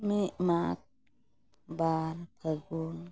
ᱢᱤᱫ ᱢᱟᱜᱽ ᱵᱟᱨ ᱯᱷᱟᱹᱜᱩᱱ